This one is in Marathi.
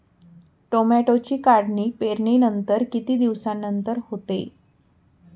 टोमॅटोची काढणी पेरणीनंतर किती दिवसांनंतर होते?